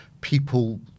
people